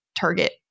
target